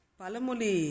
palamuli